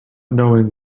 knowing